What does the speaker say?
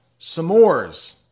S'mores